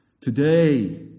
Today